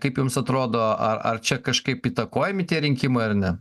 na kaip jums atrodo ar ar čia kažkaip įtakojami tie rinkimai ar ne